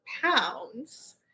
pounds